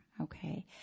okay